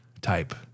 type